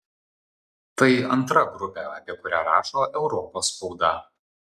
tai antra grupė apie kurią rašo europos spauda